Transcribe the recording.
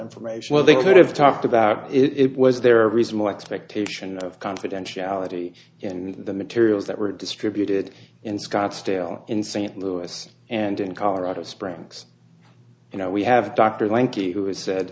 information or they could have talked about it was there a reasonable expectation of confidentiality in the materials that were distributed in scottsdale in st louis and in colorado springs you know we have dr lanky who has said